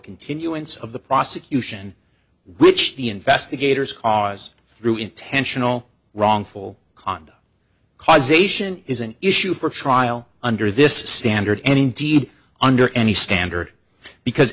continuance of the prosecution which the investigators cause through intentional wrongful conduct causation is an issue for trial under this standard any indeed under any standard because